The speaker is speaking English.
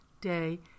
day